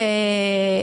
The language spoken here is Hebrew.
כלומר,